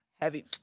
Heavy